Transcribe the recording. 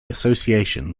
association